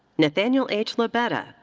nathaniel h. lebedda,